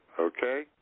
okay